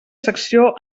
secció